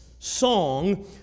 Song